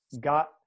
got